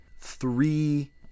three